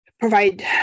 provide